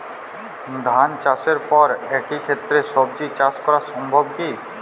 ধান চাষের পর একই ক্ষেতে সবজি চাষ করা সম্ভব কি?